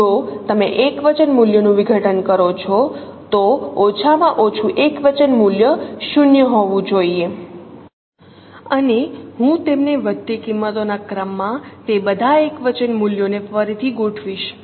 કે જો તમે એકવચન મૂલ્યનું વિઘટન કરો છો તો ઓછામાં ઓછું એકવચન મૂલ્ય 0 હોવું જોઈએ અને હું તેમને વધતી કિંમતોના ક્રમમાં તે બધા એકવચન મૂલ્યોને ફરીથી ગોઠવીશ